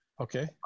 Okay